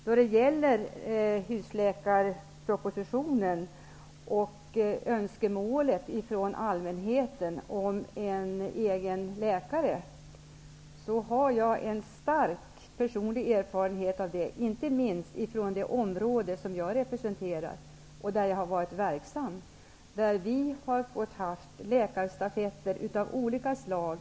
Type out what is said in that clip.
När det gäller husläkarpropositionen och allmänhetens önskemål att ha en egen läkare vill jag säga att jag själv har stora erfarenheter i det sammanhanget. Inte minst gäller det då det område som jag representerar och där jag har varit verksam. Vi har fått uppleva läkarstafetter av olika slag.